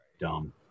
Dumb